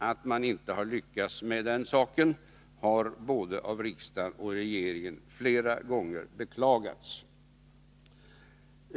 Att man inte har lyckats med den saken har både av riksdagen och av regeringen flera gånger beklagats.